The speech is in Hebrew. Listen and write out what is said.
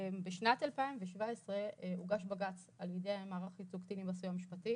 ובשנת 2017 הוגש בג"ץ על ידי המערך לייצוג קטינים בסיוע המשפטי